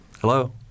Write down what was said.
Hello